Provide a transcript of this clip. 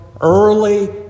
early